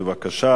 בבקשה.